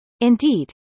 Indeed